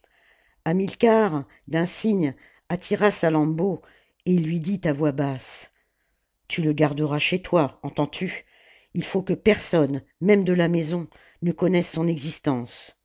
hamilcar d'un signe attira salammbô et il lui dit à voix basse tu le garderas chez toi entends-tu il faut que personne même de la maison ne connaisse son existence